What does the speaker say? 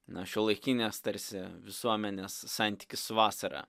na šiuolaikinės tarsi visuomenės santykis su vasara